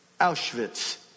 Auschwitz